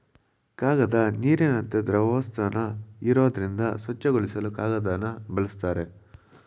ಕಾಗದ ನೀರಿನಂತ ದ್ರವವಸ್ತುನ ಹೀರೋದ್ರಿಂದ ಸ್ವಚ್ಛಗೊಳಿಸಲು ಕಾಗದನ ಬಳುಸ್ತಾರೆ